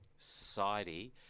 society